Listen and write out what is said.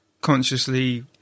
consciously